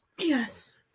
yes